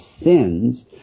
sins